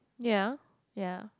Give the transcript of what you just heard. ya ya